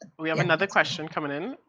we have another question coming in.